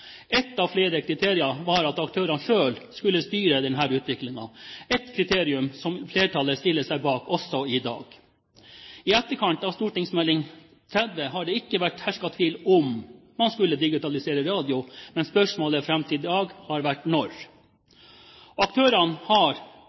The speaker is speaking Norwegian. Ett av flere kriterier var at aktørene selv skulle styre denne utviklingen – et kriterium som flertallet stiller seg bak også i dag. I etterkant av St.meld. nr. 30 har det ikke hersket tvil om man skulle digitalisere radio, men spørsmålet fram til i dag har vært når. Aktørene har